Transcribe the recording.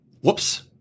whoops